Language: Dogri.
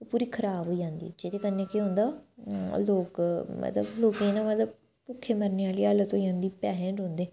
ओह् पूरी खराब होई जंदी जेह्दे कन्नै केह् होंदा लोक मतलब लोकें गी ना मतलब भुक्खे मरने आह्ली हालत होई जंदी पैहे निं रौंह्दे